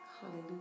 Hallelujah